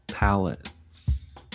palettes